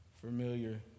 familiar